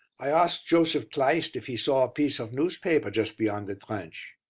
i asked joseph kleist if he saw a piece of newspaper just beyond the trench.